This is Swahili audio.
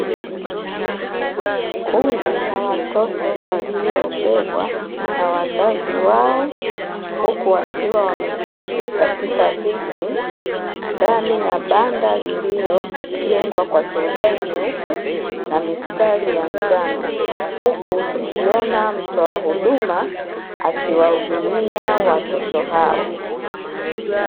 Kundi la watoto waliobebwa na wazazi wao, huku wakiwa wameketi katika viti ndani ya banda lililojengwa kwa turubai nyeupe na mistari ya njano, huku tukiona mtoa huduma akiwahudumia watoto hao.